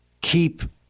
keep